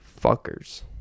Fuckers